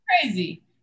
Crazy